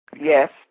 Yes